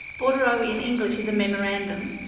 bordereau in english is a memorandum,